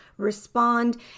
respond